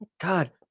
God